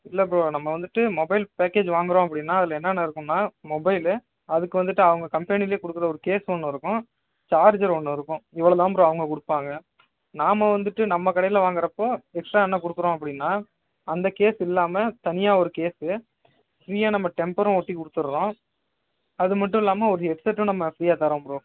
இல்லை ப்ரோ நம்ம வந்துட்டு மொபைல் பேக்கேஜ் வாங்குகிறோம் அப்படின்னா அதில் என்னென்னா இருக்கும்னா மொபைலு அதுக்கு வந்துட்டு அவங்க கம்பெனியில் கொடுக்குற ஒரு கேஸ் ஒன்று இருக்கும் சார்ஜர் ஒன்று இருக்கும் இவ்வளோ தான் ப்ரோ அவங்க கொடுப்பாங்க நாம வந்துட்டு நம்ம கடையில் வாங்குகிறப்ப எக்ஸ்ட்ரா என்ன கொடுக்குறோம் அப்படின்னா அந்த கேஸ் இல்லாமல் தனியா ஒரு கேஸு ஃபிரீயா நம்ம டெம்பரும் ஒட்டி கொடுத்துட்றோம் அதுமட்டும் இல்லாமல் ஒரு ஹெட்செட்டும் நம்ம ஃபிரீயா தரோம் ப்ரோ